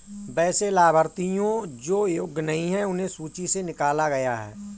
वैसे लाभार्थियों जो योग्य नहीं हैं उन्हें सूची से निकला गया है